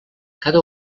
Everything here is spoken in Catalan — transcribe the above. cada